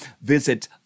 visit